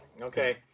Okay